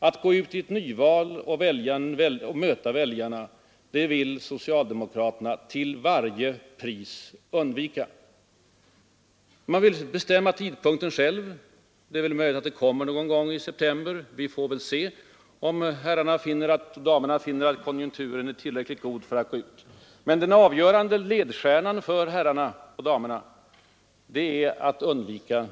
Att gå ut i ett nyval och möta väljarna, det vill socialdemokraterna till varje pris undvika. Man vill i varje fall bestämma tidpunkten själv. Det är möjligt att valet kommer någon gång i september; vi får väl se om herrarna och damerna då finner att konjunkturen är tillräckligt god för att gå ut i ett nyval. Men just nu måste detta till varje pris undvikas.